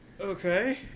Okay